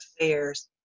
affairs